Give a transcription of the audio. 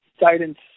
guidance